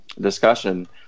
discussion